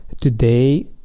today